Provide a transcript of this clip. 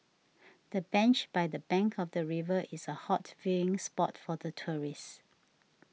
the bench by the bank of the river is a hot viewing spot for the tourists